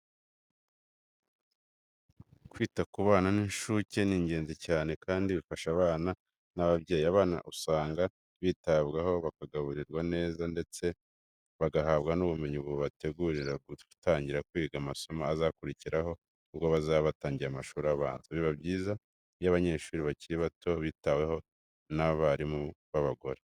Kwita ku bana b'inshuke ni ingenzi cyane kandi bifasha abana n'ababyeyi. Abana usanga bitabwaho bakagaburirwa neza ndetse bagahabwa n'ubumenyi bubategurira gutangira kwiga amasomo azakurikiraho ubwo bazaba batangiye amashuri abanza. Biba byiza iyo abanyeshuri bakiri bato bitaweho n'abarimu b'abagore.